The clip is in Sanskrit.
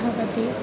भवति